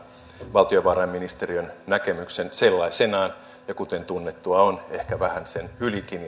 valtiovarainministeriön näkemyksen sellaisenaan ja kuten tunnettua on ehkä vähän sen ylikin